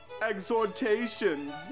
Exhortations